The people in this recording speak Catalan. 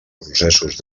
processos